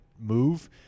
move